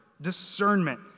discernment